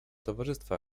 towarzystwa